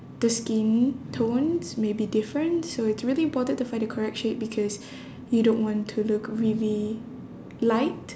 the skin tones may be different so it's really important to find the correct shade because you don't want to look really light